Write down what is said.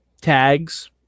Tags